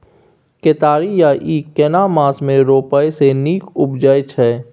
केतारी या ईख केना मास में रोपय से नीक उपजय छै?